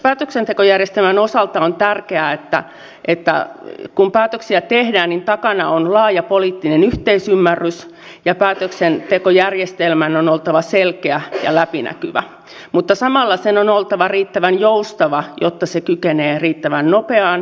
päätöksentekojärjestelmän osalta on tärkeää että kun päätöksiä tehdään niin takana on laaja poliittinen yhteisymmärrys ja päätöksentekojärjestelmän on oltava selkeä ja läpinäkyvä mutta samalla sen on oltava riittävän joustava jotta se kykenee riittävän nopeaan päätöksentekoon